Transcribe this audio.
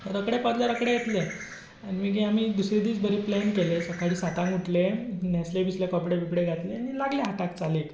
रोखडे पावतले रोखडे येतले आनी मागीर आमी दुसरे दीस बरें प्लॅन केलें सकाळी सातांक उठले न्हेसले बिसले कपडे बिपडे घातले आनी लागले हाताक चालीक